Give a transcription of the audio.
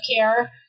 care